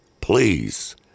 please